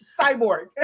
Cyborg